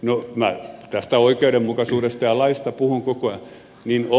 no minä tästä oikeudenmukaisuudesta ja laista puhun koko ajan